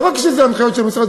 לא רק שזה הנחיות של המשרד,